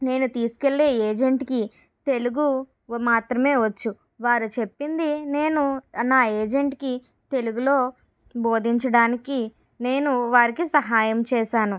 నేను తీసుకెళ్లే ఏజెంట్కి తెలుగు మాత్రమే వచ్చు వారు చెప్పింది నేను నా ఏజెంట్కి తెలుగులో బోధించడానికి నేను వారికి సహాయం చేశాను